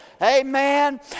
amen